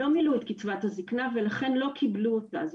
לא מילאו את קצבת הזקנה ולכן לא קיבלו אותו,